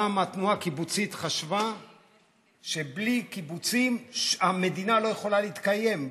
פעם התנועה הקיבוצית חשבה שבלי קיבוצים המדינה לא יכולה להתקיים,